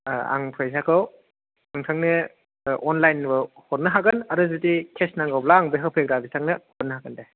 आं फैसा खौ नोंथांनो अनलाइनल' हरनो हागोन आरो जुदि केस नांगौब्ला होफैग्रा बिथांनो हरनो हागोन दे